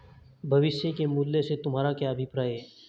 भविष्य के मूल्य से तुम्हारा क्या अभिप्राय है?